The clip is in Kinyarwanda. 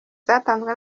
zatanzwe